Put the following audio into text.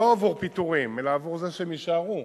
לא עבור פיטורים, אלא עבור זה שהם יישארו,